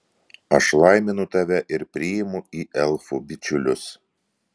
aš laiminu tave ir priimu į elfų bičiulius